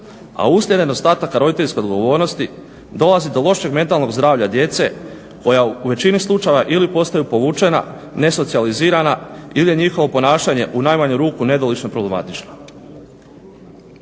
a uslijed nedostatka roditeljske odgovornosti dolazi do lošeg mentalnog zdravlja djece koja u većini slučajeva ili postaju povučena, nesocijalizirana ili je njihovo ponašanje u najmanju ruku nedolično i problematično.